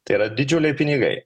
tai yra didžiuliai pinigai